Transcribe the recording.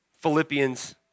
Philippians